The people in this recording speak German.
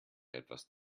etwas